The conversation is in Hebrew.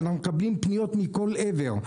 ואנחנו מקבלים פניות מכל עבר.